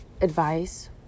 advice